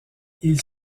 ils